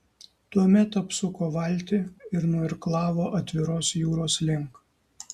tuomet apsuko valtį ir nuirklavo atviros jūros link